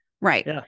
Right